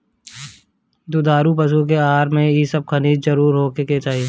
दुधारू पशु के आहार में इ सब खनिज जरुर होखे के चाही